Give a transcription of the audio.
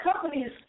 Companies